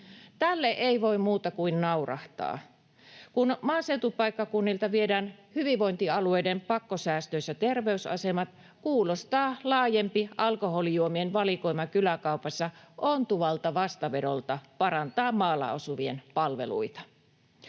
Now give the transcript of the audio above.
Tälle ei voi muuta kuin naurahtaa. Kun maaseutupaikkakunnilta viedään hyvinvointialueiden pakkosäästöissä terveysasemat, kuulostaa laajempi alkoholijuomien valikoima kyläkaupassa ontuvalta vastavedolta parantaa maalla asuvien palveluita.